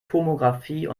tomographie